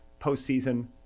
postseason